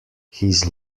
his